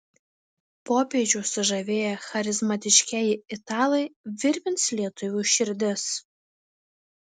popiežių sužavėję charizmatiškieji italai virpins lietuvių širdis